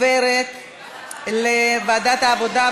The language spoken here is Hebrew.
תעבור לוועדת העבודה,